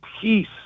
peace